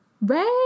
red